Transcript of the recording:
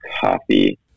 coffee